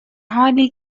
حالی